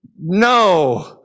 No